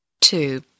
Two